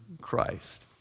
Christ